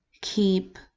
keep